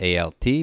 alt